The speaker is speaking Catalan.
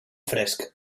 fresc